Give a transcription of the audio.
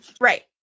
Right